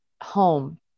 home